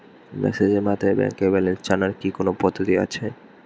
মেসেজের মাধ্যমে ব্যাংকের ব্যালেন্স জানার কি কোন পদ্ধতি আছে?